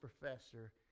professor